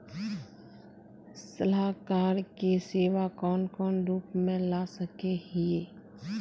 सलाहकार के सेवा कौन कौन रूप में ला सके हिये?